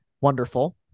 Wonderful